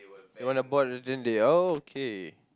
you wanna bored Eugene they all okay